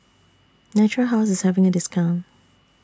Natura House IS having A discount